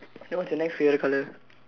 then what's your next favorite colour